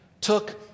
took